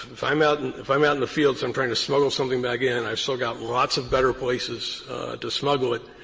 if i'm out in if i'm out in the fields and i'm trying to smuggle something back in, and i've still got lots of better places to smuggle it,